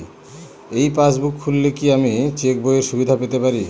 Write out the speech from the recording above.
এই পাসবুক খুললে কি আমি চেকবইয়ের সুবিধা পেতে পারি?